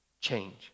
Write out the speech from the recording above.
change